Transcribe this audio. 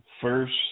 first